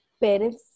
parents